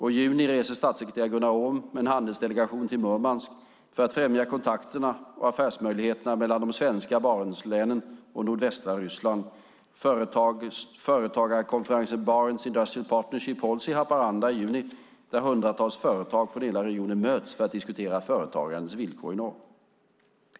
I juni reser statssekreterare Gunnar Oom med en handelsdelegation till Murmansk för att främja kontakterna och affärsmöjligheterna mellan de svenska Barentslänen och nordvästra Ryssland. Företagarkonferensen Barents Industrial Partnership hålls i Haparanda i juni, där hundratals företag från hela regionen möts för att diskutera företagandets villkor i norr.